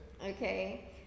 Okay